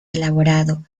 elaborado